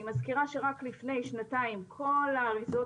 אני מזכירה שרק לפני שנתיים כל האריזות